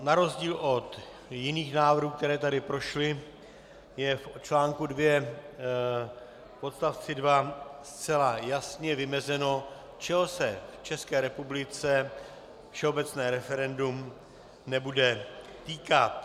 Na rozdíl od jiných návrhů, které tady prošly, je v článku 2 odst. 2 zcela jasně vymezeno, čeho se v České republice všeobecné referendum nebude týkat.